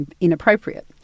inappropriate